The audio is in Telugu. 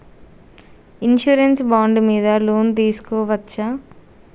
ఇన్సూరెన్స్ బాండ్ మీద లోన్ తీస్కొవచ్చా?